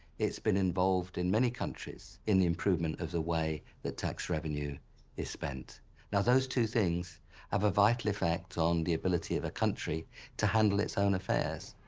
it's been involved in many countries in the improvement of the way that tax revenue is spent now those two things have a vital effect on the ability of a country to handle it's own affairs.